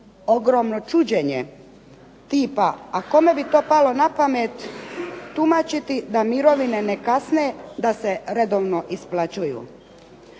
ogromno čuđenje tipa a kome bi to palo na pamet tumačiti da mirovine ne kasne, da se redovno isplaćuju?